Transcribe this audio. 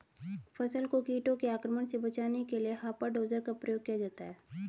फसल को कीटों के आक्रमण से बचाने के लिए हॉपर डोजर का प्रयोग किया जाता है